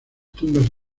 tumbas